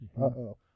Uh-oh